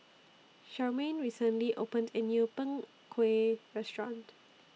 Charmaine recently opened A New Png Kueh Restaurant